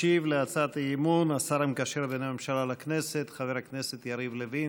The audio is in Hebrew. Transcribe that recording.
ישיב על הצעת האי-אמון השר המקשר בין הממשלה לכנסת חבר הכנסת יריב לוין.